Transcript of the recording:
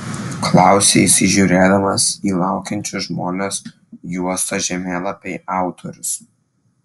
klausia įsižiūrėdamas į laukiančius žmones juostos žemėlapiai autorius